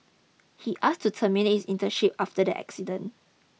he asked to terminate his internship after the accident